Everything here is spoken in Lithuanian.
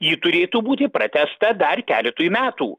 ji turėtų būti pratęsta dar keletui metų